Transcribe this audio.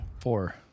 Four